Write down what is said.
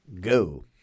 go